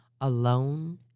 alone